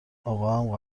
آقاهم